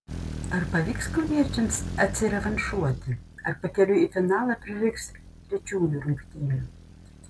ar pavyks kauniečiams atsirevanšuoti ar pakeliui į finalą prireiks trečiųjų rungtynių